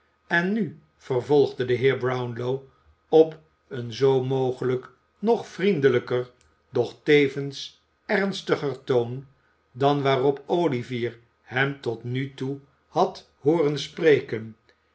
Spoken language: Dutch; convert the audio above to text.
en nu vervolgde de heer brownlow op een zoo mogelijk nog vriendelijker doch tevens ernstiger toon dan waarop olivier hem tot nu toe had hooren spreken